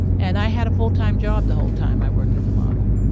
and i had a full-time job the whole time i worked as a model.